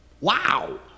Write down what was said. Wow